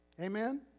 Amen